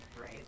Right